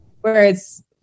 Whereas